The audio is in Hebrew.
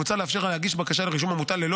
מוצע לאפשר להגיש בקשה לרישום עמותה ללא